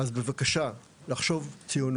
אז בבקשה, לחשוב ציונות.